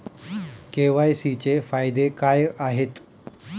KYC चे फायदे काय आहेत?